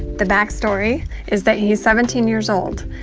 the back story is that he's seventeen years old.